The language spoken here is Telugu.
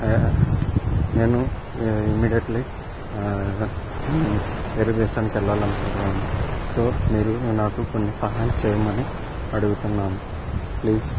నేను ఇమిడియట్లీ వేరే దేశానికెళ్ళాలనుకుంటున్నాను సో మీరు నాకు కొంత సహాయం చెయ్యమని అడుగుతున్నాను ప్లీజ్